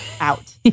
Out